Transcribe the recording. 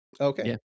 Okay